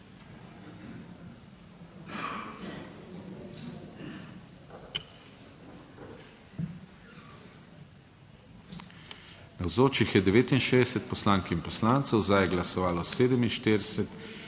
Navzočih je 68 poslank in poslancev, za je glasovalo 47,